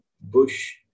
bush